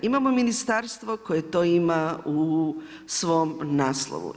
Imamo ministarstvo koje to ima u svom naslovu.